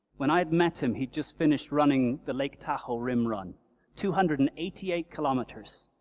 when i'd met him he'd just finished running the lake tahoe rim run two hundred and eighty eight kilometers,